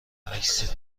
عکس